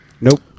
Nope